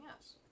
yes